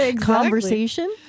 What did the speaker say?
conversation